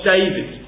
David